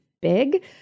big